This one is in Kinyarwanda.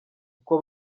uko